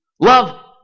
love